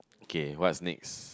okay what's next